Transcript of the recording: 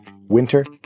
winter